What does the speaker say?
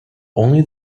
only